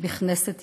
בכנסת ישראל.